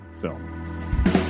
film